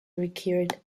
required